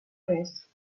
més